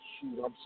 shoot